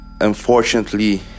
unfortunately